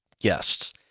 guests